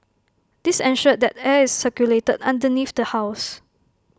this ensured that air is circulated underneath the house